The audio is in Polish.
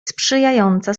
sprzyjająca